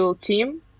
Team